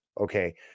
okay